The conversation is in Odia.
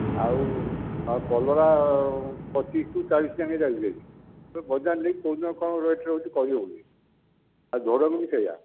ଆଉ କଲରା ପଚିଶ ଠାରୁ ଚାଳିଶ ଏଇନେ ଯାଏଁ ଯାଉଛି ବଜାରରେ ନେଇକି କେଉଁଦିନ କ'ଣ ରେଟ ରହୁଛି କହି ହେଉନି ଆଉ ଦର ବି ସେୟା